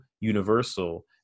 universal